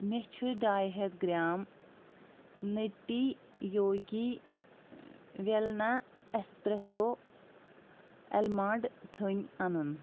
مےٚ چھ ڈاے ہتھ گرٛام نٔٹی یوگی وٮ۪لنا اٮ۪سپرٛٮ۪سو ایٚلمانٛڈ تھٔنۍ اَنُن